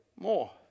more